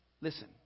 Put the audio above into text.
listen